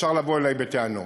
שאפשר לבוא אלי בטענות.